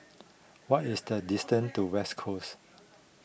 what is the distance to West Coast